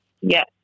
Yes